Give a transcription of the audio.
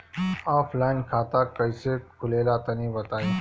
Offline खाता कइसे खुलेला तनि बताईं?